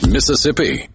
Mississippi